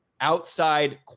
outside